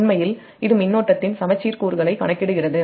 உண்மையில் இது மின்னோட்டத்தின் சமச்சீர் கூறுகளை கணக்கிடுகிறது